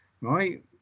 right